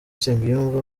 nsengiyumva